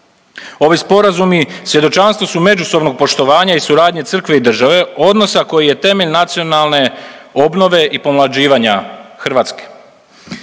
Ovi sporazumi svjedočanstvo su međusobnog poštovanja i suradnje Crkve i države, odnosa koji je temelj nacionalne obnove i pomlađivanja Hrvatske.